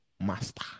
Master